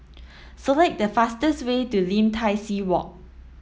select the fastest way to Lim Tai See Walk